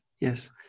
yes